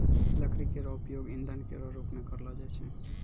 लकड़ी केरो उपयोग ईंधन केरो रूप मे करलो जाय छै